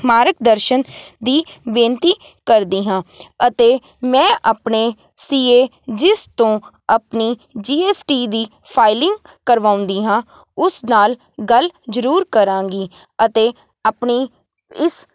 ਮਾਰਗ ਦਰਸ਼ਨ ਦੀ ਬੇਨਤੀ ਕਰਦੀ ਹਾਂ ਅਤੇ ਮੈਂ ਆਪਣੇ ਸੀ ਏ ਜਿਸ ਤੋਂ ਆਪਣੀ ਜੀ ਐਸ ਟੀ ਦੀ ਫਾਈਲਿੰਗ ਕਰਵਾਉਂਦੀ ਹਾਂ ਉਸ ਨਾਲ ਗੱਲ ਜ਼ਰੂਰ ਕਰਾਂਗੀ ਅਤੇ ਆਪਣੀ ਇਸ